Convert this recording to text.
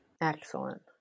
Excellent